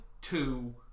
two